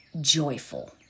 joyful